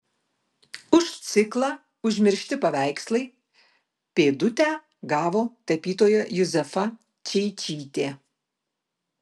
už ciklą užmiršti paveikslai pėdutę gavo tapytoja juzefa čeičytė